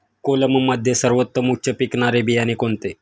कोलममध्ये सर्वोत्तम उच्च पिकणारे बियाणे कोणते?